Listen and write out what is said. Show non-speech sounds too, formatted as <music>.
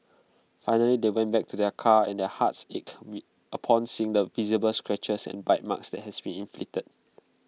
finally they went back to their car and their hearts ached <unintelligible> upon seeing the visible scratches and bite marks that has been inflicted